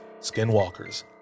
skinwalkers